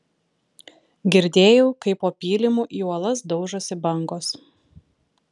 girdėjau kaip po pylimu į uolas daužosi bangos